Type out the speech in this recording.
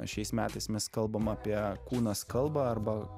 šiais metais mes kalbam apie kūnas kalbą arba